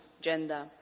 gender